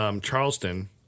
Charleston